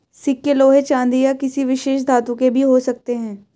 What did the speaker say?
सिक्के लोहे चांदी या किसी विशेष धातु के भी हो सकते हैं